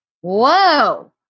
Whoa